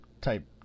type